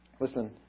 Listen